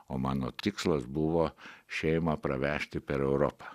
o mano tikslas buvo šeimą pravežti per europą